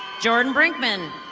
jordon brickman.